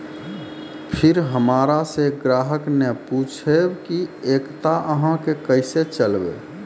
फिर हमारा से ग्राहक ने पुछेब की एकता अहाँ के केसे चलबै?